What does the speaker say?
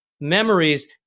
memories